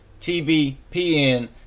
TBPN